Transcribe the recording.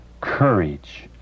courage